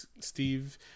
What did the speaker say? Steve